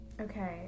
okay